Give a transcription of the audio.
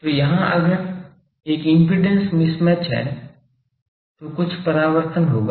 तो यहाँ अगर एक इम्पीडेन्स मिसमैच है तो कुछ परावर्तन होगा